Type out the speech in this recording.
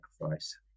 sacrifice